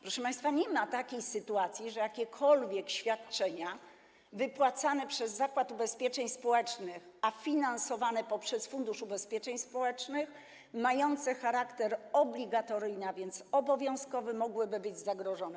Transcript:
Proszę państwa, nie ma takiej sytuacji, żeby jakiekolwiek świadczenia wypłacane przez Zakład Ubezpieczeń Społecznych, a finansowane poprzez Fundusz Ubezpieczeń Społecznych, mające charakter obligatoryjny, a więc obowiązkowy, mogły być zagrożone.